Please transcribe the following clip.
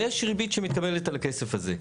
יש ריבית שמתקבלת על הכסף הזה.